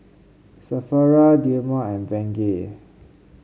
sephora Dilmah and Bengay